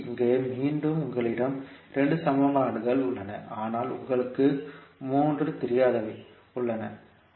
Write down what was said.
எனவே இங்கே மீண்டும் உங்களிடம் 2 சமன்பாடுகள் உள்ளன ஆனால் உங்களுக்கு 3 தெரியாதவை உள்ளன